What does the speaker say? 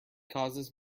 causes